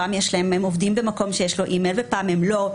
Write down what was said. פעם הם עובדים במקום שיש לו אי-מייל ופעם הם לא,